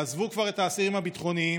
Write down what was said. תעזבו כבר את האסירים הביטחוניים